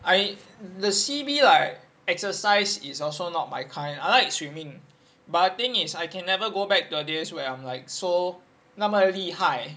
I the C_B like exercise is also not my kind I like swimming but the thing is I can never go back to the days where I'm like so 那么厉害